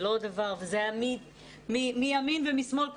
מימין ומשמאל,